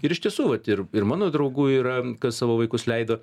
ir iš tiesų vat ir ir mano draugų yra kas savo vaikus leido